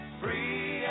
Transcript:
free